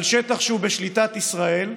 על שטח שהוא בשליטת ישראל.